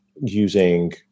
using